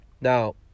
Now